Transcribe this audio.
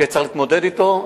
שצריך להתמודד אתו.